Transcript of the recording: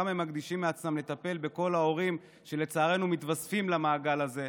כמה הם מקדישים מעצמם לטפל בכל ההורים שלצערנו מתווספים למעגל הזה.